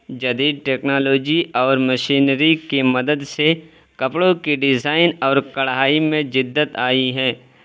جدید ٹیکنالوجی اور مشینری کی مدد سے کپڑوں کی ڈیزائن اور کڑھائی میں جدت آئی ہے